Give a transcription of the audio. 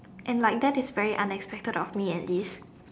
and like that is very unexpected of me at least